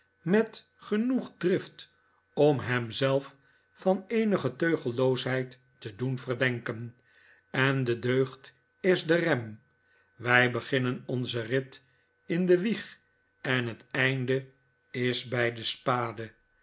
met genoeg drift om hem zelf van eenige teugelloosheid te doen verdenken en de deugd is de rem wij beginnen onzen rit in de wieg en het einde is bij de spade